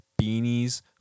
beanies